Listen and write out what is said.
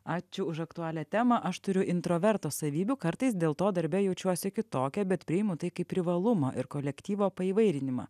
ačiū už aktualią temą aš turiu introverto savybių kartais dėl to darbe jaučiuosi kitokia bet priimu tai kaip privalumą ir kolektyvo paįvairinimą